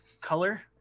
color